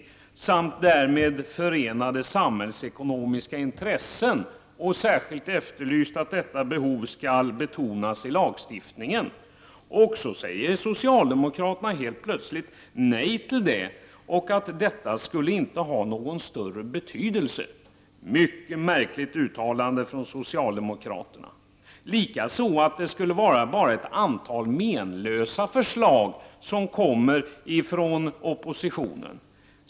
I det sammanhanget framhålls också därmed förenade samhällsekonomiska intressen, och vidare understryks att det här behovet bör betonas i lagstiftningen. Här säger socialdemokraterna helt plötsligt att det inte skulle ha någon större betydelse. Det är som sagt ett mycket märkligt uttalande. Sedan heter det att det bara skulle vara ett antal menlösa förslag från oppositionens sida.